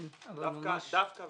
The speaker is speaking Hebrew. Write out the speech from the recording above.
כן, אבל ממש קצר.